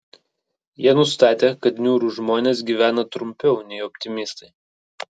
jie nustatė kad niūrūs žmonės gyvena trumpiau nei optimistai